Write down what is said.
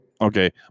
Okay